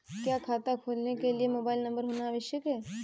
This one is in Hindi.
क्या खाता खोलने के लिए मोबाइल नंबर होना आवश्यक है?